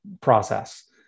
process